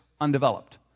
undeveloped